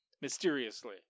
mysteriously